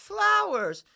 Flowers